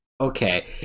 okay